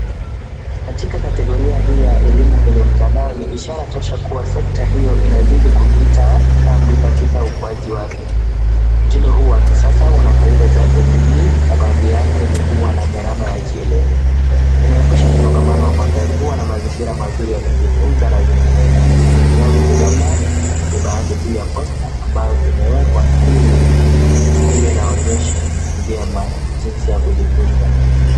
Katika kategoria hii ya elimu kwenye mtandao ni ishara tosha kuwa sekta hiyo inazidi kukita kambi katika ukuaji wake. Mtindo huu wa kisasa una faida zake nyingi na baadhi yake ni huwa na gharama ya chini, inaepusha msongamano wa magari, huwa na mazingira mazuri ya kujifunza na vinginevyo. Unavyotazama ni baadhi tu ya posta ambayo imewekwa ili iwe na onyesho vyema jinsi ya kujifunza.